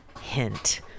hint